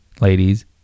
ladies